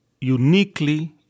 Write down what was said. uniquely